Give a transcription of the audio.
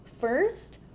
first